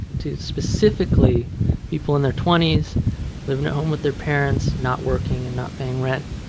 to specifically people in their twenty s living at home with their parents, not working and not paying rent.